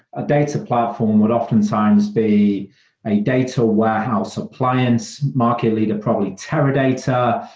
a data platform would often times be a data warehouse, appliance market leader, probably teradata,